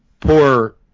poor